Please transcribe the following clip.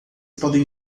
podem